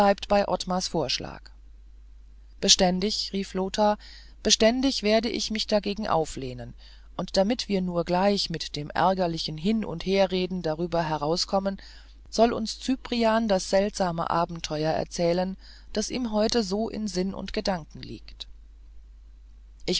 bei ottmars vorschlag beständig rief lothar beständig werde ich mich dagegen auflehnen und damit wir nur gleich aus dem ärgerlichen hin und herreden darüber herauskommen soll uns cyprian das seltsame abenteuer erzählen das ihm heute so in sinn und gedanken liegt